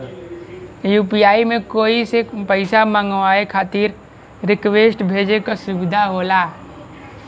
UPI में कोई से पइसा मंगवाये खातिर रिक्वेस्ट भेजे क सुविधा होला